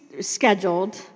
scheduled